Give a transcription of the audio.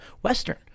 Western